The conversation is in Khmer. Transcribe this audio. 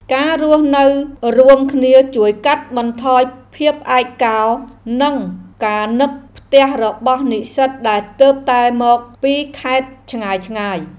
ការរស់នៅរួមគ្នាជួយកាត់បន្ថយភាពឯកោ និងការនឹកផ្ទះរបស់និស្សិតដែលទើបតែមកពីខេត្តឆ្ងាយៗ។